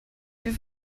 più